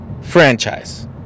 franchise